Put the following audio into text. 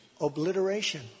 obliteration